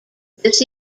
this